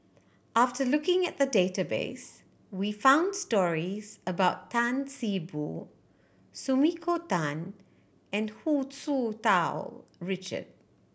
after taking a look at the database we found stories about Tan See Boo Sumiko Tan and Hu Tsu Tau Richard